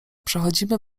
przechodzimy